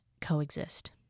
coexist